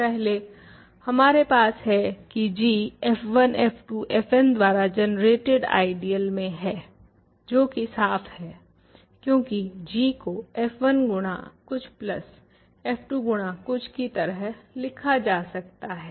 पहले हमारे पास है की g f1f2 fn द्वारा जनरेटेड आइडियल में है जो की साफ़ है क्यूंकि g को f1 गुणा कुछ प्लस f2 गुणा कुछ की तरह लिखा जाता है